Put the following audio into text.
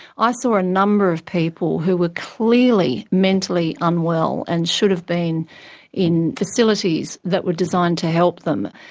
i saw a number of people who were clearly mentally unwell and should have been in facilities that were designed to help them.